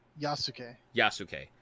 Yasuke